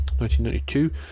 1992